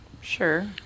Sure